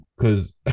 Cause